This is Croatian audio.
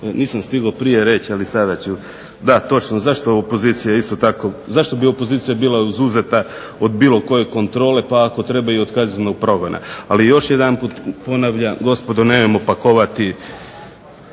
Nisam stigao prije reći, ali sada ću. Da, točno, zašto opozicija isto tako, zašto bi opozicija bila izuzeta od bilo koje kontrole, pa ako treba i od kaznenog progona. Ali još jedanput ponavljam gospodo nemojmo pakovati